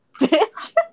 bitch